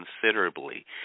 considerably